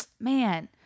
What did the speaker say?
Man